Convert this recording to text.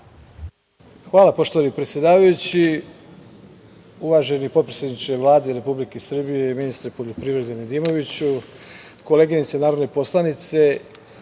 Hvala, poštovani predsedavajući. Uvaženi potpredsedniče Vlade Republike Srbije, ministre poljoprivrede Nedimoviću, koleginice narodne poslanice,